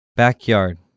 Backyard